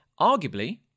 arguably